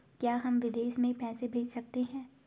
क्या हम विदेश में पैसे भेज सकते हैं?